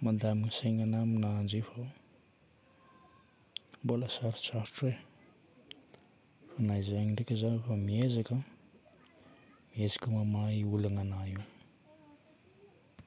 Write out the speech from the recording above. mandamina sainana aminanjy io fa mbola sarotsarotro e. Na izagny ndraika za efa miezaka, miezaka mamaha io olagnanà io.